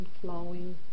flowing